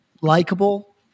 likable